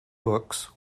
books